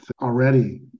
already